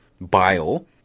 bile